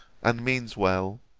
and means well